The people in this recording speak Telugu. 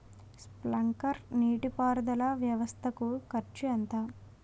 స్ప్రింక్లర్ నీటిపారుదల వ్వవస్థ కు ఖర్చు ఎంత?